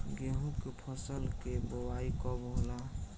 गेहूं के फसल के बोआई कब होला?